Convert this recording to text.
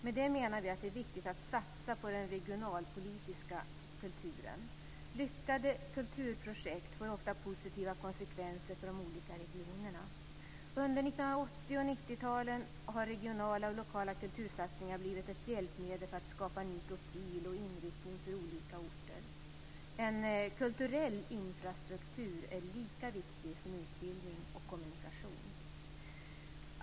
Med det menar vi att det är viktigt att satsa på den regionalpolitiska kulturen. Lyckade kulturprojekt får ofta positiva konsekvenser för de olika regionerna. Under 1980 och 1990-talen har regionala och lokala kultursatsningar blivit ett hjälpmedel för att skapa en ny profil och inriktning för olika orter. En kulturell infrastruktur är lika viktig som utbildning och kommunikation.